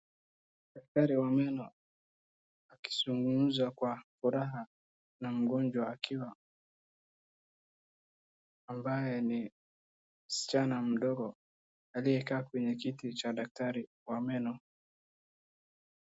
Daktari wa meno akizungumza kwa furaha na mgonjwa akiwa ambaye ni msichana mdogo aliyekaa kwenye kiti ya daktari wa meno.